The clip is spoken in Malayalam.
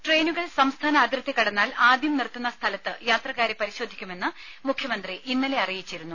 ട്രെയിനുകൾ സംസ്ഥാന അതിർത്തി കടന്നാൽ ആദ്യം നിർത്തുന്ന സ്ഥലത്ത് യാത്രക്കാരെ പരിശോധിക്കുമെന്ന് മുഖ്യമന്ത്രി ഇന്നലെ അറിയിച്ചിരുന്നു